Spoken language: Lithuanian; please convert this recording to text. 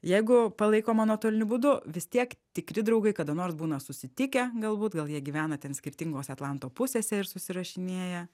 jeigu palaikoma nuotoliniu būdu vis tiek tikri draugai kada nors būna susitikę galbūt gal jie gyvena ten skirtingose atlanto pusėse ir susirašinėja